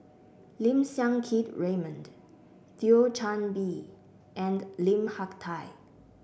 Lim Siang Keat Raymond Thio Chan Bee and Lim Hak Tai